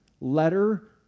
letter